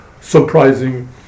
surprising